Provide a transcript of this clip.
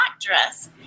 dress